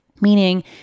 meaning